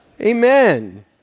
Amen